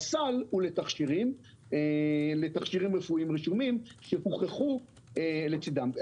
והסל, הוא לתכשירים רפואיים רשומים הוכחו לצידם.